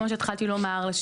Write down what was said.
כמו שהתחלתי לומר,